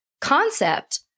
concept